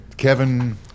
Kevin